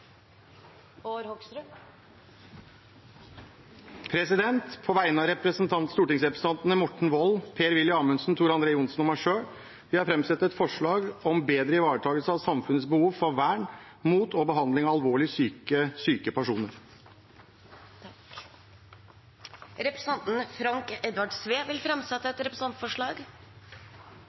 Bård Hoksrud vil framsette et representantforslag. På vegne av stortingsrepresentantene Morten Wold, Per-Willy Amundsen, Tor André Johnsen og meg selv vil jeg framsette et forslag om bedre ivaretakelse av samfunnets behov for vern mot og behandling av alvorlig psykisk syke personer. Representanten Frank Edvard Sve vil framsette et representantforslag.